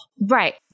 Right